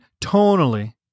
tonally